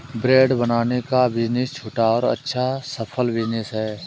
bread बनाने का business छोटा और अच्छा सफल बिज़नेस है